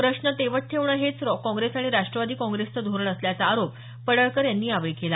प्रश्न तेवत ठेवणं हेच कॉंग्रेस आणि राष्ट्रवादी कॉंग्रेसचं धोरण असल्याचा आरोप पडळकर यांनी यावेळी केला